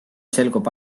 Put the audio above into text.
selgub